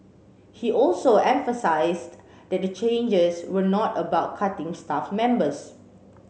he also emphasised that the changes were not about cutting staff members